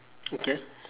okay